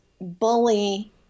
bully